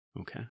okay